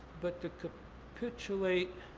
but to capitulate